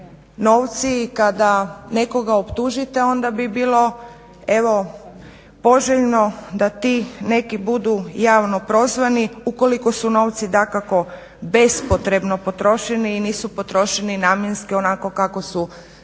kada nekoga optužite onda bi bilo evo poželjno da ti neki budu i javno prozvani ukoliko su novci dakako bespotrebno potrošeni i nisu potrošeni namjenski onako kako su